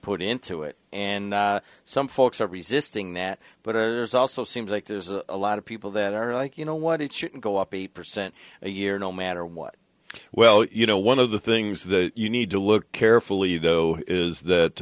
put into it and some folks are resisting that but there's also seems like there's a lot of people that are like you know what it shouldn't go up eight percent a year no matter what well you know one of the things that you need to look carefully though is that